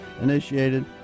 initiated